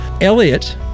Elliot